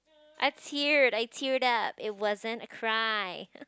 I teared I teared up it wasn't a cry